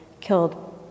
killed